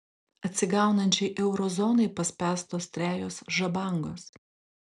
atsigaunančiai euro zonai paspęstos trejos žabangos